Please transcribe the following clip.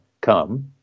come